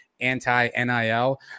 Anti-nil